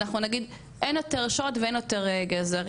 אנחנו נגיד את יותר שוד ואין יותר גזל,